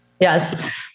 Yes